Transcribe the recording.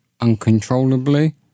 uncontrollably